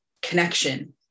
connection